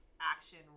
action